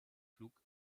pflug